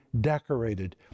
decorated